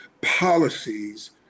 policies